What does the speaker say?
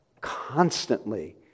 constantly